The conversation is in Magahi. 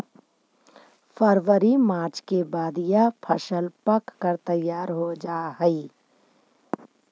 फरवरी मार्च के बाद यह फसल पक कर तैयार हो जा हई